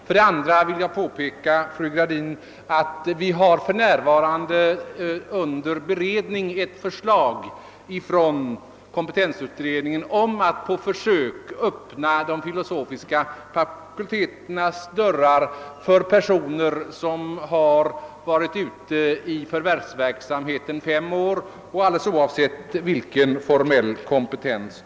Vidare vill jag påpeka för fru Gradin, att vi för närvarande har under beredning förslag från kompetensutredningen att på försök öppna de filosofiska fakulteternas dörrar för personer som varit ute i förvärvsverksamhet fem år, oavsett formell kompetens.